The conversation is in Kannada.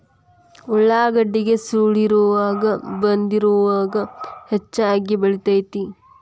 ಉಳಾಗಡ್ಡಿಗೆ ಸೊಳ್ಳಿರೋಗಾ ಬೂದಿರೋಗಾ ಹೆಚ್ಚಾಗಿ ಬಿಳತೈತಿ